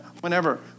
whenever